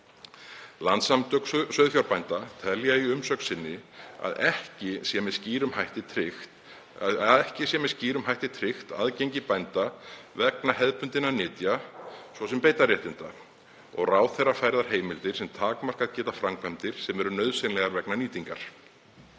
Landssamtök sauðfjárbænda telja í umsögn sinni að ekki sé með skýrum hætti tryggt aðgengi bænda vegna hefðbundinna nytja, svo sem beitarréttar, og ráðherra færðar heimildir sem takmarkað geta framkvæmdir sem eru nauðsynlegar vegna nýtingar.